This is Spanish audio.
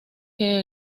que